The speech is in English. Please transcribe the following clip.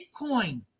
Bitcoin